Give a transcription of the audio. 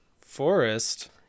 Forest